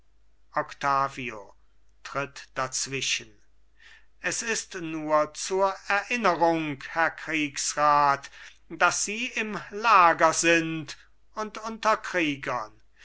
octavio tritt dazwischen es ist nur zur erinnerung herr kriegsrat daß sie im lager sind und unter kriegern